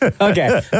Okay